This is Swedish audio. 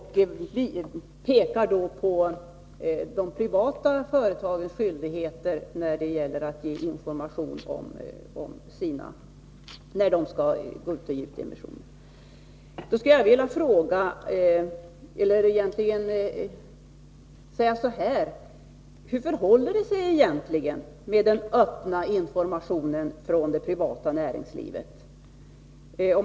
Han pekar på de privata företagens skyldigheter när det gäller att ge information i samband med nyemissioner. Jag skulle då vilja fråga: Hur förhåller det sig egentligen med den ”öppna” informationen från det privata näringslivet?